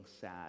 sad